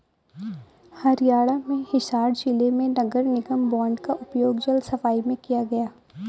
हरियाणा में हिसार जिले में नगर निगम बॉन्ड का उपयोग जल सफाई में किया गया